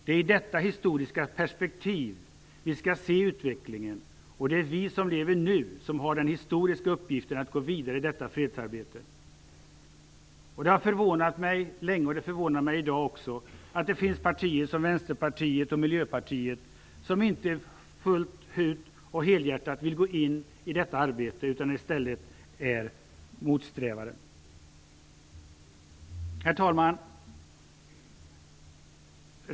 Det är i detta historiska perspektiv vi skall se utvecklingen, och det är vi som lever nu som har den historiska uppgiften att gå vidare i detta fredsarbete. Det har förvånat mig länge, och det förvånar mig i dag också, att det finns partier som Vänsterpartiet och Miljöpartiet som inte fullt ut och helhjärtat vill gå in i detta arbete utan i stället är motsträvare. Herr talman!